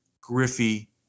Griffey